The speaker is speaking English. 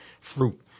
fruit